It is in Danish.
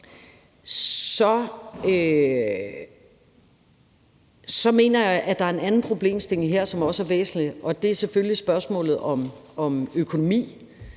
Jeg mener, at der er en en anden problemstilling her, som også er væsentlig, og det er selvfølgelig spørgsmålet om økonomi